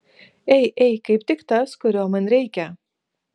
ei ei kaip tik tas kurio man reikia